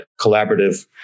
collaborative